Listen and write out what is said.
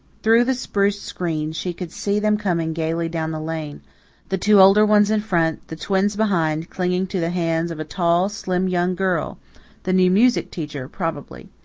through the spruce screen she could see them coming gaily down the lane the two older ones in front, the twins behind, clinging to the hands of a tall, slim, young girl the new music teacher, probably.